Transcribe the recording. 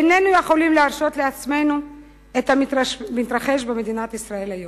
איננו יכולים להרשות לעצמנו את המתרחש במדינת ישראל כיום.